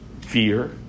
Fear